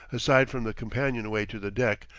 aside from the companion-way to the deck,